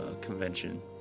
convention